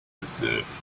assessed